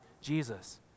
Jesus